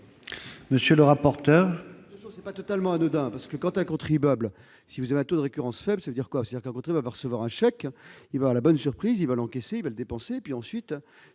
monsieur le rapporteur